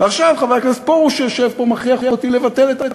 ועכשיו חבר הכנסת פרוש יושב פה ומכריח אותי לבטל את החוק.